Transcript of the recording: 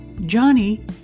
Johnny